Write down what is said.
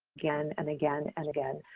again and again and again.